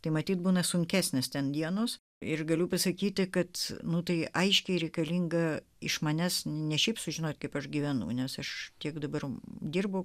tai matyt būna sunkesnis ten dienos ir galiu pasakyti kad nu tai aiškiai reikalinga iš manęs ne šiaip sužino kaip aš gyvenu nes aš tiek dabar dirbu